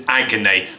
agony